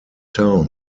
town